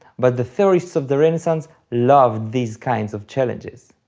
but the theorists of the renaissance loved these kinds of challenges.